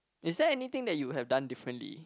is there anything that you have done differently